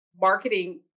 marketing